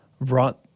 brought